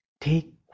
take